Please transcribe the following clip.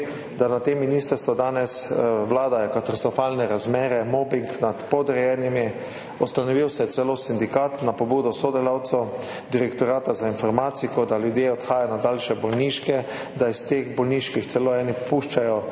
da na tem ministrstvu danes vladajo katastrofalne razmere, mobing nad podrejenimi, ustanovil se je celo sindikat na pobudo sodelavcev Direktorata za informatiko, da ljudje odhajajo na daljše bolniške, da iz teh bolniških celo eni puščajo